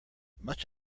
much